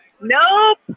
Nope